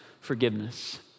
forgiveness